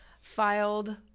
filed